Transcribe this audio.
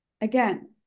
Again